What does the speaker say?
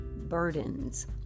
burdens